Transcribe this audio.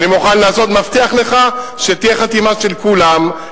אני מבטיח לך שתהיה חתימה של כולם,